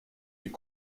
est